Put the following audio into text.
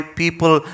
people